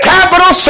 Capital